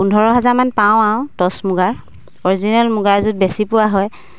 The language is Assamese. পোন্ধৰ হাজাৰমান পাওঁ আৰু টচ মুগাৰ অৰিজিনেল মুগাৰ য'ত বেছি পোৱা হয়